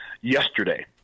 yesterday